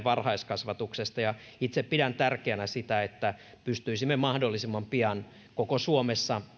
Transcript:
varhaiskasvatuksesta itse pidän tärkeänä sitä että pystyisimme mahdollisimman pian koko suomessa